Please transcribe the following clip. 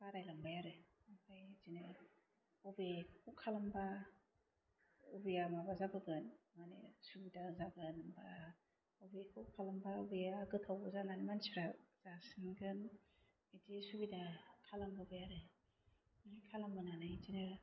बारायलांबाय आरो आमफ्राइ बिदिनो अबेखौ खालामबा अबेया माबा जाबोगोन मानि सुबिदा जागोन बा अबेखौ खालामबा अबेया गोथाव जानानै मानसिफ्रा जासिनगोन बिदि सुबिदा खालाम होबाय आरो बिदिनो खालामबोनानै बिदिनो